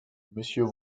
monsieur